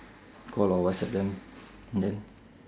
call or whatsapp them then